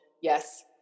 Yes